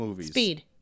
Speed